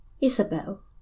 Isabel